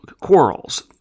quarrels